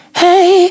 hey